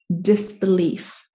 disbelief